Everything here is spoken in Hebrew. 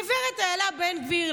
הגב' איילה בן גביר,